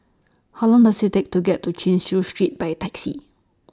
How Long Does IT Take to get to Chin Chew Street By Taxi